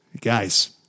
Guys